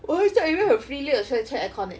我还在那个 area 很 free 所以我吹 aircon leh